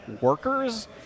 workers